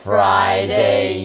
Friday